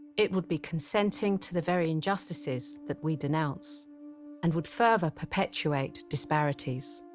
it would be consenting to the very and justices that we denounce and would further perpetuate disparities.